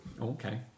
Okay